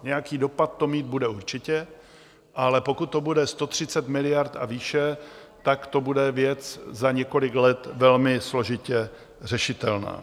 Nějaký dopad to mít bude určitě, ale pokud to bude 130 miliard a výše, tak to bude věc za několik let velmi složitě řešitelná.